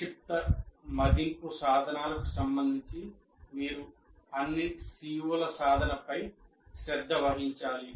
సంక్షిప్త మదింపు సాధనాలకు సంబంధించి మీరు అన్ని CO ల సాధనపై శ్రద్ధ వహించాలి